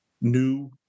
new